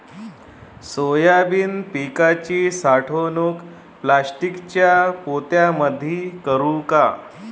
Soybean पिकाची साठवणूक प्लास्टिकच्या पोत्यामंदी करू का?